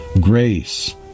grace